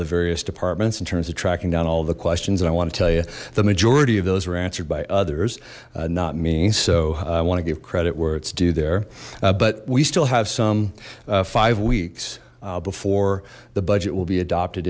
the various departments in terms of tracking down all the questions and i want to tell you the majority of those were answered by others not me so i want to give credit where it's due there but we still have some five weeks before the budget will be adopted